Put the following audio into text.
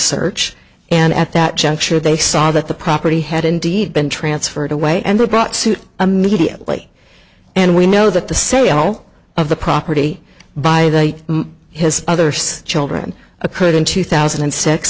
search and at that juncture they saw that the property had indeed been transferred away and brought suit a media play and we know that the sale of the property by his other son children occurred in two thousand and six